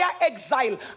exile